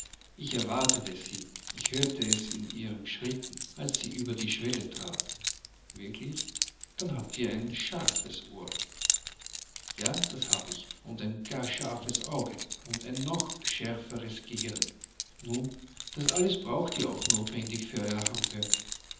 ich erwartete sie ich hörte es in ihrem schritte als sie über die schwelle traten wirklich dann habt ihr ein scharfes ohr ja das habe ich und ein gar scharfes auge und ein noch schärferes gehirn nun das alles braucht ihr auch notwendig für euer handwerk